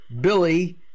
Billy